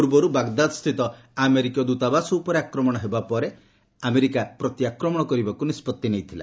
ପୂର୍ବରୁ ବାଗଦାଦ୍ ସ୍ଥିତ ଆମେରିକୀୟ ଦୃତାବାସ ଉପରେ ଆକ୍ରମଣ ହେବା ପରେ ଆମେରିକା ପ୍ରତିଆକ୍ରମଣ କରିବାକୁ ନିଷ୍ପଭି ନେଇଥିଲା